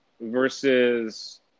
versus –